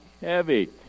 heavy